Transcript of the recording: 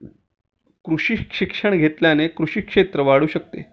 कृषी शिक्षण घेतल्याने कृषी क्षेत्र वाढू शकते